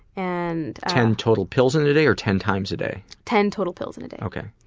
and ten total pills in a day, or ten times a day? ten total pills in a day.